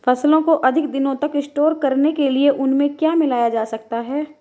फसलों को अधिक दिनों तक स्टोर करने के लिए उनमें क्या मिलाया जा सकता है?